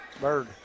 Bird